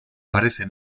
parece